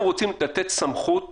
אנחנו רוצים לתת סמכות